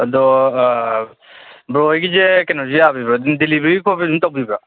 ꯑꯗꯣ ꯕ꯭ꯔꯣ ꯍꯣꯏꯒꯤꯁꯦ ꯀꯩꯅꯣꯁꯨ ꯌꯥꯕꯤꯕ꯭ꯔꯥ ꯑꯗꯨꯝ ꯗꯦꯂꯤꯕꯔꯤ ꯈꯣꯠꯄ ꯑꯗꯨꯝ ꯇꯧꯕꯤꯕ꯭ꯔꯥ